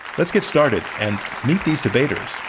let's get started and meet these debaters.